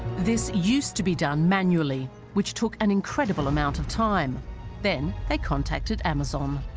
this used to be done manually which took an incredible amount of time then they contacted amazon